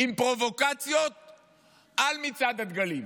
עם פרובוקציות במצעד הדגלים.